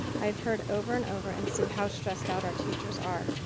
i've heard over and over and see how stressed out our teachers are,